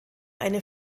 eine